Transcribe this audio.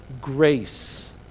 grace